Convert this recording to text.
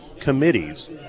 committees